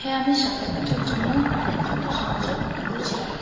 হ্যাঁ আমি সাঁতার কাটার জন্য একজনকে সাহায্য করেছিলাম